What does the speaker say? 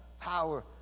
power